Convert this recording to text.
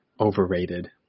overrated